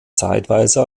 zeitweise